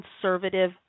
conservative